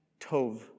tov